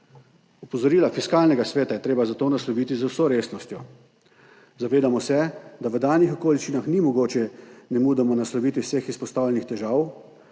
Opozorila Fiskalnega sveta je treba zato nasloviti z vso resnostjo. Zavedamo se, da v danih okoliščinah ni mogoče nemudoma nasloviti vseh izpostavljenih težav,